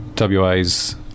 WA's